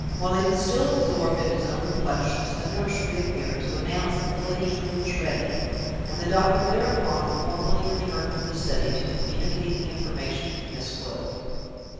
while he was still absorbed in his own reflections, the nurse re-appeared to announce that the lady's room was ready and the doctor thereupon formally returned to the study to communicate the information to miss gwilt.